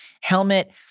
helmet